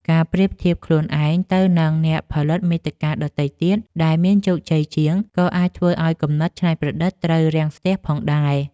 ការប្រៀបធៀបខ្លួនឯងទៅនឹងអ្នកផលិតមាតិកាដទៃទៀតដែលមានជោគជ័យជាង ក៏អាចធ្វើឱ្យគំនិតច្នៃប្រឌិតត្រូវរាំងស្ទះផងដែរ។